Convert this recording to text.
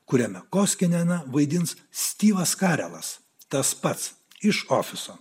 kuriame koskineną vaidins stivas karelas tas pats iš ofiso